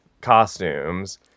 Costumes